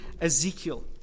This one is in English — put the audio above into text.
Ezekiel